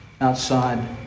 outside